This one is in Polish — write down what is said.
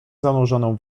zanurzoną